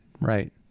right